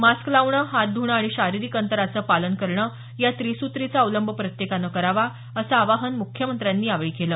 mask लावणं हात धुणं आणि शारीरिक अंतराचं पालन करणं या त्रिसुत्रीचा अवलंब प्रत्येकानं करावा असं आवाहन मुख्यमंत्र्यांनी यावेळी केलं